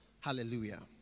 hallelujah